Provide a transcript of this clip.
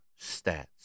stats